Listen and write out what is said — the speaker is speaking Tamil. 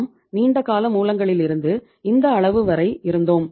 நாம் நீண்டகால மூலங்களிலிருந்து இந்த அளவு வரை இருந்தோம்